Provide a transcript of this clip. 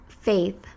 faith